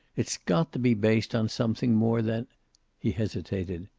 it's got to be based on something more than he hesitated.